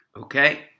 Okay